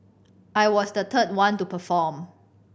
I was the third one to perform